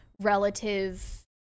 relative